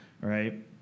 right